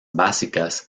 básicas